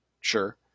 Sure